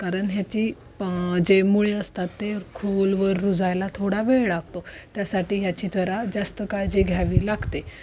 कारण ह्याची जे मुळे असतात ते खोलवर रुजायला थोडा वेळ लागतो त्यासाठी ह्याची जरा जास्त काळजी घ्यावी लागते